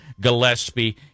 Gillespie